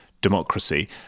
democracy